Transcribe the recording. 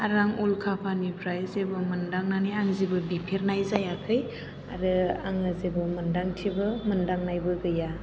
आरो आं उल्खाफानिफ्राय जेबो मोन्दांनानै आं जेबो बिफेरनाय जायाखै आरो आङो जेबो मोन्दांथिबो मोन्दांनायबो गैया